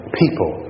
people